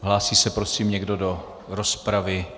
Hlásí se prosím někdo do rozpravy?